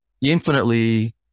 infinitely